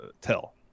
tell